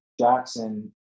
Jackson